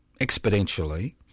exponentially